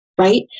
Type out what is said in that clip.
Right